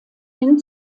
hin